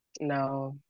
No